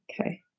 okay